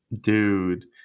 Dude